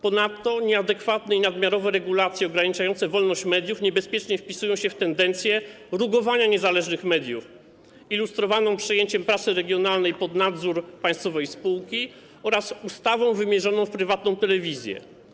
Ponadto nieadekwatne i nadmiarowe regulacje ograniczające wolność mediów niebezpiecznie wpisują się w tendencję rugowania niezależnych mediów ilustrowaną przejęciem prasy regionalnej, oddaniem jej pod nadzór państwowej spółki oraz przyjęciem ustawy wymierzonej w prywatną telewizję.